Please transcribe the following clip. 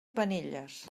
penelles